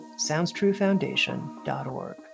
SoundsTrueFoundation.org